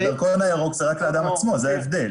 הדרכון הירוק זה רק לאדם עצמו, זה ההבדל.